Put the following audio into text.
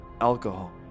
alcohol